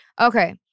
okay